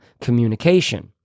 communication